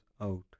out